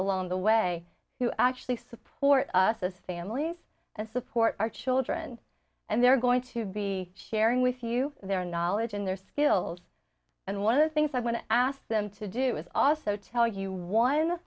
along the way who actually support us as families and support our children and they're going to be sharing with you their knowledge and their skills and one of the things i want to ask them to do is also tell you one